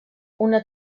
una